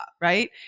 right